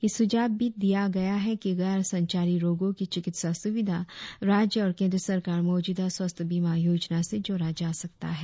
ये सुझाव भी दिया गया है कि गैर संचारी रोगों की चिकित्सा सुविधा राज्य और केन्द्र सरकार मौजूदा स्वास्थ्य बीमा योजना से जोड़ा जा सकता है